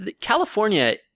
California